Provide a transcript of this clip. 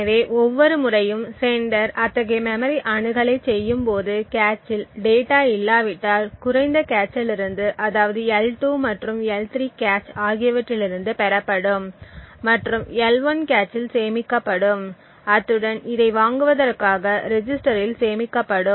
எனவே ஒவ்வொரு முறையும் செண்டர் அத்தகைய மெமரி அணுகலைச் செய்யும்போது கேச்சில் டேட்டா இல்லாவிட்டால் குறைந்த கேச்சில் இருந்து அதாவது L2 மற்றும் L3 கேச் ஆகியவற்றிலிருந்து பெறப்படும் மற்றும் L1 கேச்சில் சேமிக்கப்படும் அத்துடன் இதை வாங்குவதற்காக ரெஜிஸ்டரில் சேமிக்கப்படும்